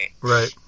Right